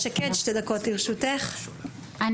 שתי דקות לרשותך, בבקשה.